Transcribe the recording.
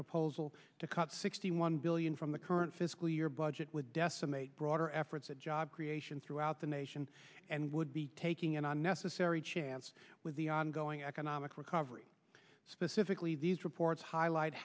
proposal to cut sixty one billion from the current fiscal year budget with decimate broader efforts at job creation throughout the nation and would be taking an unnecessary chance with the ongoing economic recovery specifically these reports highlight